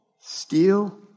Steal